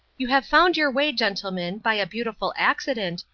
you have found your way, gentlemen, by a beautiful accident,